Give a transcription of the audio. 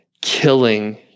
killing